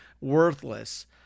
worthless